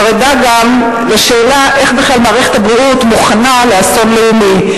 חרדה גם לשאלה איך מערכת הבריאות מוכנה לאסון לאומי.